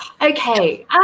okay